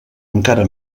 encara